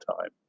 time